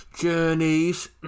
Journeys